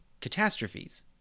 catastrophes